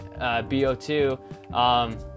BO2